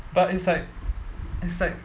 but it's like it's like